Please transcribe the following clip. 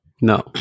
No